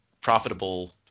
profitable